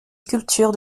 sculptures